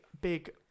big